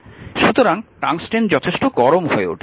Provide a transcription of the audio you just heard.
সুতরাং টংস্টেন যথেষ্ট গরম হয়ে ওঠে